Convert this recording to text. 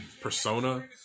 Persona